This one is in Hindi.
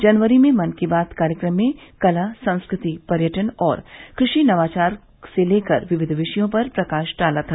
जनवरी मे मन की बात कार्यक्रम में कला संस्कृति पर्यटन और कृषि नवाचार से लेकर विविध विषयों पर प्रकाश डाला था